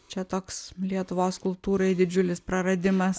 čia toks lietuvos kultūrai didžiulis praradimas